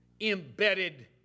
embedded